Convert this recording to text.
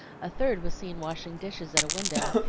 a third was seen washing dishes at a window,